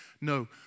No